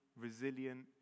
resilient